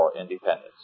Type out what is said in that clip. Independence